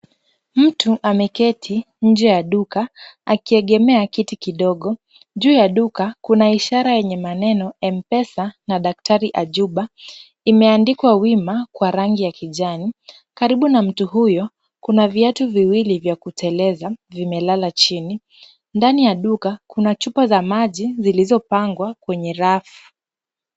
Mtu ameketi nje ya duka akiegemea kiti kidogo. Juu ya duka na ishara yenye neno m pesa na daktari Ajuba. Imeandikwa wima kwa rangi ya kijani. Karibu na mtu huyo kuna viatu viwili vya kuteleza vimelala chini. Ndani ya duka kuna chupa za maji zilizopangwa kwenye rafu.